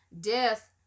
death